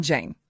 Jane